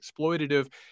exploitative